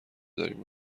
داریم